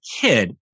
kid